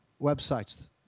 websites